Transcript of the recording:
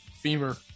femur